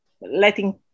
letting